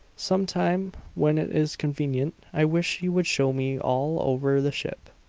some time when it is convenient i wish you would show me all over the ship,